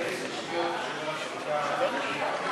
במקומך הייתי שומר עשר דקות על שתיקה.